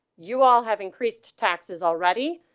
you all have increased taxes already.